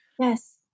Yes